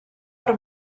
per